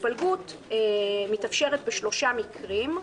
התפלגות מתאפשרת בשלושה מקרים,